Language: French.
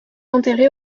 enterrés